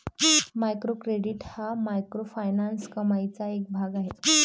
micro credit हा microfinance कमाईचा एक भाग आहे